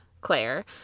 Claire